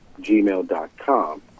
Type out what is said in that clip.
gmail.com